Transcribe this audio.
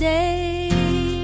day